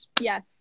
Yes